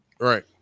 Right